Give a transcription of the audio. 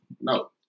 No